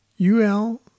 UL